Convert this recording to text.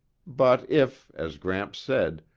but if, as gramps said,